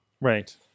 right